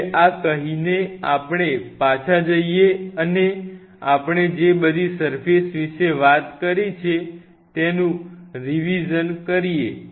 હવે આ કહીને આપણે પાછા જઈએ અને આપણે જે બધી સર્ફેસ વિશે વાત કરી છે તેનું ફરી રિવીઝન કરીએ